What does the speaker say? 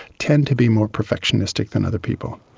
tend to be more perfectionistic than other people.